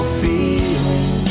feeling